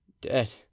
dead